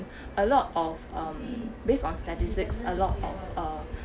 a lot of um based on statistics a lot of uh